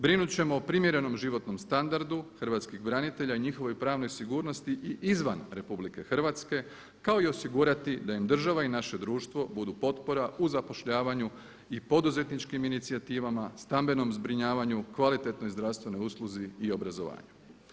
Brinut ćemo o primjerenom životnom standardu hrvatskih branitelja i njihove pravne sigurnosti i izvan RH kao i osigurati da im država i naše društvo budu potpora u zapošljavanju i poduzetničkim inicijativama, stambenom zbrinjavanju, kvalitetnoj i zdravstvenoj usluzi i obrazovanju.